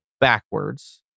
backwards